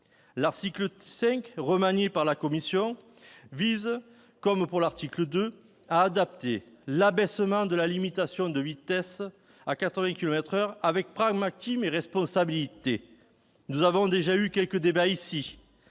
L'article 5, remanié par la commission, prévoit, à l'instar de l'article 2, d'adapter l'abaissement de la limitation de vitesse à 80 kilomètres par heure, avec pragmatisme et responsabilité. Nous avons déjà eu quelques débats sur